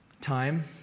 time